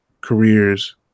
careers